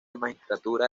magistratura